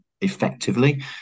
effectively